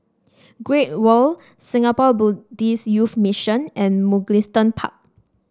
Great World Singapore Buddhist Youth Mission and Mugliston Park